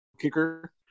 Kicker